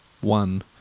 one